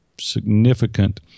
significant